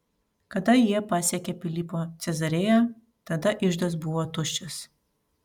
kada jie pasiekė pilypo cezarėją tada iždas buvo tuščias